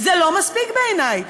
זה לא מספיק בעיני.